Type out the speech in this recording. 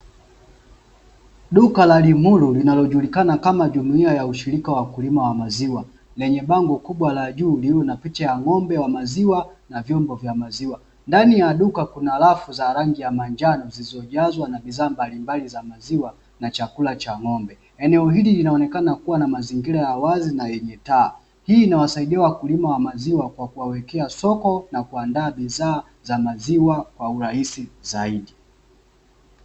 Duka la LIMURU linaonekana kama duka la maziwa lenye bango juu lililokuwa na picha ya ng'ombe wa maziwa na vyombo vya maziwa ndani ya duka kuna rafu za rangi ya manjano zilizojazwa bidhaa mbalimbali za maziwa na chakula cha ng'ombe. eneo hili linaonekana kuwa na mazingira ya wazi na yenye taa hii inawaidia wakulima wa maziwa kwa kuwawekea soko na kuwaandaa bidhaa za maziwa kwa urahisi zaidi.